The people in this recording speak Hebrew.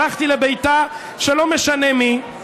הלכתי לביתה של לא משנה מי,